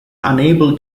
unable